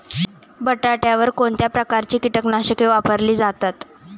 बटाट्यावर कोणत्या प्रकारची कीटकनाशके वापरली जातात?